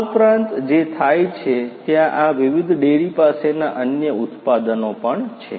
આ ઉપરાંત જે થાય છે ત્યાં આ વિવિધ ડેરી પાસેના અન્ય ઉત્પાદનો પણ છે